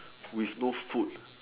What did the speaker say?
with no food